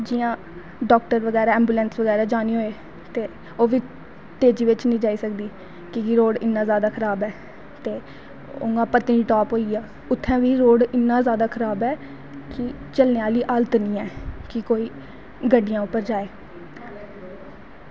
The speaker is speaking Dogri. जियां डॉक्टर बगैरा एंबूलेंस बगैरा जानी होऐ ते ओह्बी निं तेज़ी तेज़ी निं जा सकदी एह् रोड़ इन्ना जादा खराब ऐ उआं गै पत्नीटॉप होइया इत्थें बी रोड़ इन्ना जादै खराब ऐ की चलने आह्ली हालत निं ऐ की कोई गड्डियें उप्पर जाये